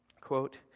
Quote